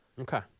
Okay